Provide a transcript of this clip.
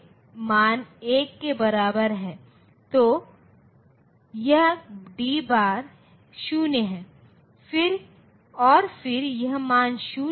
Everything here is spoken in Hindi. तो ये 2 लोकप्रिय तकनीकें हैं जो हमारे पास हैं